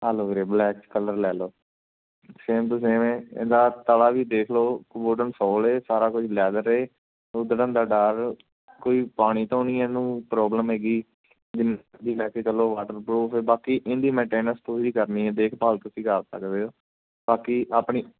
ਆ ਲਓ ਵੀਰੇ ਬਲੈਕ 'ਚ ਕਲਰ ਲੈ ਲਓ ਸੇਮ ਟੂ ਸੇਮ ਹੈ ਇਹਦਾ ਤਲਾ ਵੀ ਦੇਖ ਲਓ ਵੂਡਨ ਸੋਲ ਏ ਸਾਰਾ ਕੁਝ ਲੈਦਰ ਏ ਉੱਧੜਨ ਦਾ ਡਰ ਕੋਈ ਪਾਣੀ ਤੋਂ ਨਹੀਂ ਇਹਨੂੰ ਪ੍ਰੋਬਲਮ ਹੈਗੀ ਚਲੋ ਵਾਟਰਪਰੂਫ ਬਾਕੀ ਇਹਦੀ ਮੈਟੇਨਸ ਪੂਰੀ ਕਰਨੀ ਦੇਖਭਾਲ ਤੁਸੀਂ ਕਰ ਸਕਦੇ ਹੋ ਬਾਕੀ ਆਪਣੀ